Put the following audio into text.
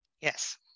yes